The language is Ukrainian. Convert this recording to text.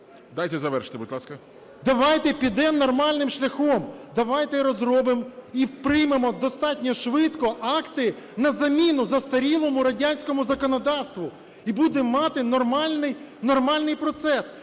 Давайте підемо нормальним шляхом. Давайте розробимо і приймемо достатньо швидко акти на заміну застарілому радянському законодавству. І будемо мати нормальний процес.